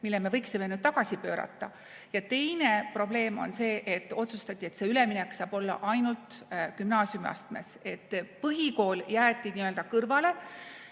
mille me võiksime tagasi pöörata. Ja teine probleem on see, et otsustati, et see üleminek saab olla ainult gümnaasiumiastmes, põhikool jäeti kõrvale.